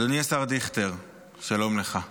אדוני השר דיכטר, שלום לך.